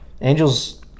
Angels